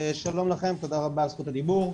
רבה על זכות הדיבור.